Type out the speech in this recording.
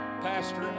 Pastor